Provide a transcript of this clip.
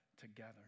together